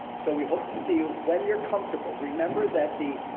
so we hope to see you when you're comfortable. remember that the